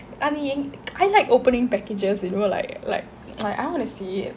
அது என்:athu en I like opening packages you know like like I want to see it